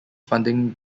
funding